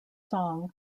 song